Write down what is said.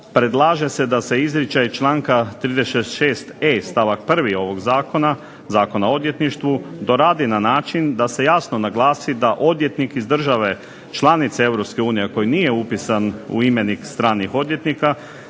predlaže se da se izričaj članka 36.e stavak 1. ovog zakona, Zakona o odvjetništvu doradi na način da se jasno naglasi da odvjetnik iz države članice EU a koji nije upisan u imenik stranih odvjetnika